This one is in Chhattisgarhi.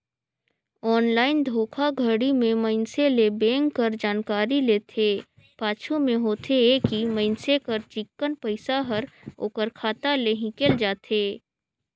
ऑनलाईन धोखाघड़ी में मइनसे ले बेंक कर जानकारी लेथे, पाछू में होथे ए कि मइनसे कर चिक्कन पइसा हर ओकर खाता ले हिंकेल जाथे